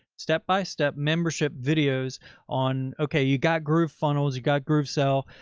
step-by-step membership videos on, okay, you got groovefunnels. you've got groovesell.